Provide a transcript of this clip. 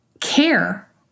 care